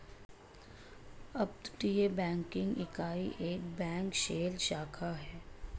अपतटीय बैंकिंग इकाई एक बैंक शेल शाखा है